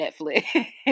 Netflix